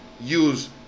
use